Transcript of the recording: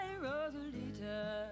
Rosalita